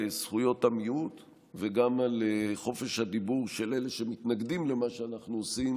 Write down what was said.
זכויות המיעוט וגם על חופש הדיבור של אלה שמתנגדים למה שאנחנו עושים,